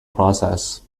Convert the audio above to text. process